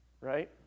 right